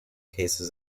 cases